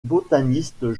botaniste